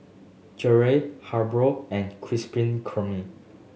Gelare Hasbro and Krispy Kreme